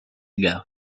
ago